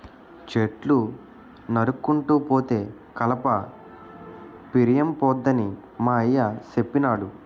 చెట్లు నరుక్కుంటూ పోతే కలప పిరియంపోద్దని మా అయ్య సెప్పినాడు